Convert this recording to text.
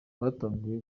batanguye